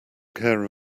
care